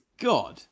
God